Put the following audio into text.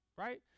Right